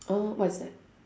oh what is that